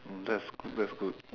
that's that's good